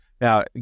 Now